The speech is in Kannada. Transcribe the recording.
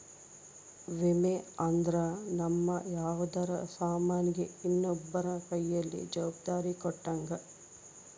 ವಿಮೆ ಅಂದ್ರ ನಮ್ ಯಾವ್ದರ ಸಾಮನ್ ಗೆ ಇನ್ನೊಬ್ರ ಕೈಯಲ್ಲಿ ಜವಾಬ್ದಾರಿ ಕೊಟ್ಟಂಗ